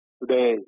today